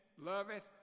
loveth